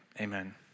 amen